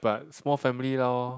but small family lor